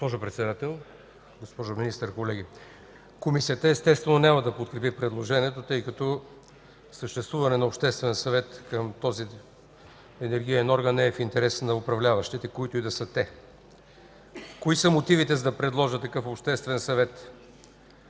Госпожо Председател, госпожо Министър, колеги! Комисията естествено няма да подкрепи предложението, тъй като съществуване на Обществен съвет към този енергиен орган не е в интерес на управляващите, които да са те. Кои са мотивите, за да предложа такъв Обществен съвет?